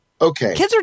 Okay